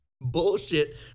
bullshit